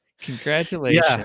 Congratulations